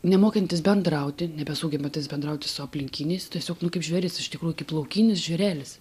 nemokantis bendrauti nebesugebantis bendrauti su aplinkiniais tiesiog nu kaip žvėris iš tikrųjų kaip laukinis žvėrelis